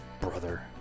brother